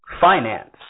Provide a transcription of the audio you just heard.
finance